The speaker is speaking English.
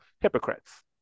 hypocrites